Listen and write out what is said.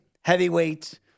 heavyweight